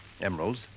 emeralds